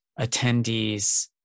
attendees